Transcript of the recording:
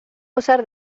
usar